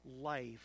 life